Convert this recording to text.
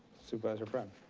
supervisor friend.